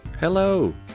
Hello